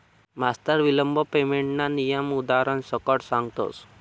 मास्तर विलंब पेमेंटना नियम उदारण सकट सांगतस